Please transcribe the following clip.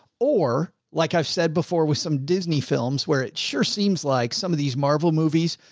or like i've said before with some disney films where it sure seems like some of these marvel movies.